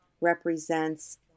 represents